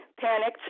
panicked